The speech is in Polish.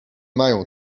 mają